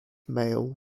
male